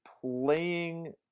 playing